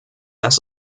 das